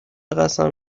قسم